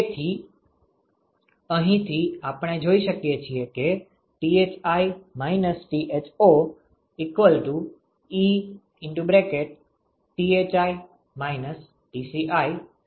તેથી અહીંથી આપણે જોઈ શકીએ છીએ કે Thi - Tho Thi - Tci છે